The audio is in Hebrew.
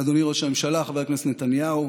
אדוני ראש הממשלה חבר הכנסת נתניהו,